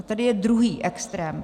A tady je druhý extrém.